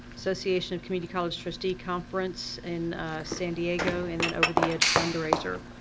association of community college trustee conference in san diego. and then over the edge fundraiser.